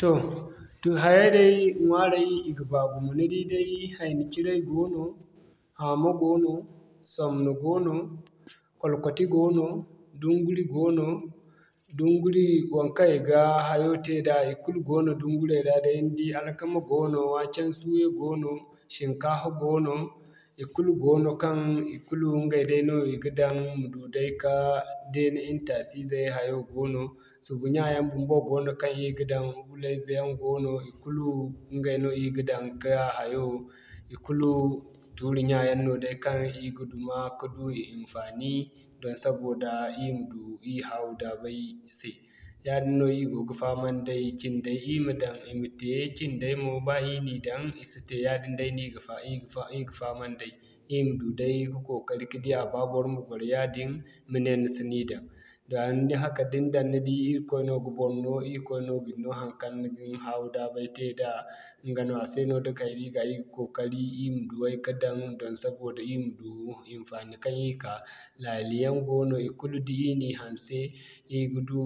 Toh, to hayay day ŋwaaray i ga baa gumo ni di day Haini-ciray goono, Hamo goono, Somno goono, kwalkwati goono, Dunguri goono, Dunguri waŋkaŋ i ga hayo te da ikulu goono dunguray ra ni di Alkama goono Waken-suya goono, Shinkafa goono, ikulu goono kaŋ ikulu ɲgay day no i ga daŋ ma du day ka dena hintaasi zey hayo, Subu ɲya yaŋ bumbo goono kaŋ ir ga daŋ, gunayze yaŋ goono ikulu ɲgay no ir ga daŋ ka hayo, ikulu tuuri ɲya yaŋ no day kaŋ ir ga duma ka du i hinfaani, doŋ saboda ir ma du ir haawu-daabay se. Yaadin no ir go ga fahamay day cinday ir ma daŋ i ma te, cinday mo ba ir na i daŋ, i si te yaadin day no ir ga fahamay day. Ir ma du day ka kookari ka di a ba bor ma gwaro yaadin ma ne ni si ni daŋ din daŋ ni di Irkoy no ga bor no, Irkoy no ga ni'no haŋkaŋ ni ga ni haawu-daabay te da ɲga no a se no da kaydiya ka ir ga kookari ir ma duway ka daŋ, doŋ sabida ir ma du hinfaani kaŋ ir ka. Laali yaŋ goono ikulu da ir na i hanse ir ga du,